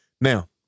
Now